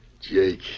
Jake